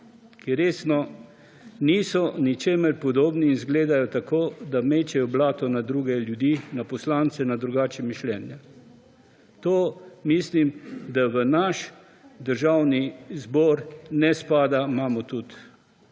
Ki resno niso ničemur podobni in izgledajo tako, da mečejo blato na druge ljudi, na poslance, na drugače misleče. To mislim, da v naš Državni zbor ne spada. Imamo tudi,